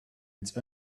its